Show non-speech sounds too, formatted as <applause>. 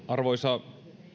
<unintelligible> arvoisa